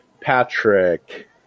Patrick